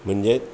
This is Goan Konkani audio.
म्हणजेच